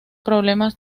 problemas